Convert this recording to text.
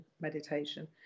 meditation